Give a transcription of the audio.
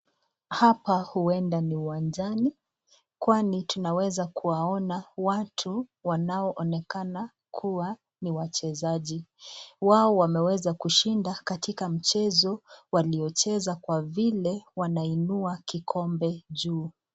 Hapa ueda ni uwanjani kwani tunaweza kuwaona watu wanaonekana kuwa ni wachezaji. Wao wameweza kushinda katika mchezo waliocheza kwa vile wanainua kikombe juu.